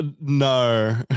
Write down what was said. no